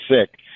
sick